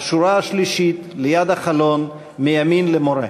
בשורה השלישית, ליד החלון, מימין למורה.